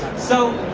so,